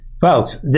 folks